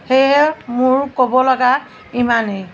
সেয়েহে মোৰ ক'বলগীয়া ইমানেই